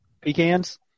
pecans